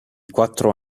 quattro